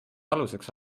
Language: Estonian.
aluseks